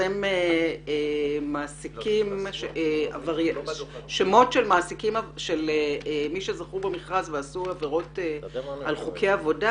לפרסם מעסיקים שזכו במכרז ועברו על חוק עבודה.